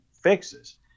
fixes